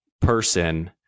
person